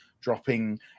dropping